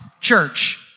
church